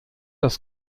das